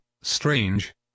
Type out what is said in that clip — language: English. strange